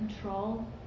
control